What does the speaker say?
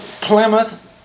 Plymouth